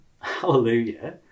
hallelujah